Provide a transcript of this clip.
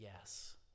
yes